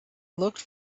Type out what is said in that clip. looked